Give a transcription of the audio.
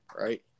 Right